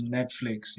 Netflix